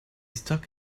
stuck